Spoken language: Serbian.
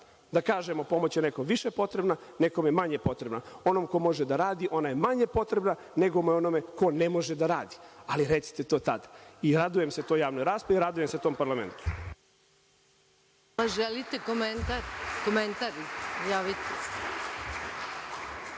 da kažemo - pomoć je nekome više potrebna, nekome manje potrebna. Onom ko može da radi, ona je manje potrebna, nego onome ko ne može da radi, ali recite to tad. Radujem se toj javnoj raspravi i radujem se tom parlamentu.